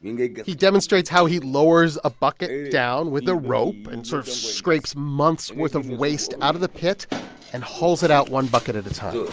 and he demonstrates how he lowers a bucket down with a rope and sort of scrapes months' worth of waste out of the pit and hauls it out one bucket at a time